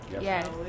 Yes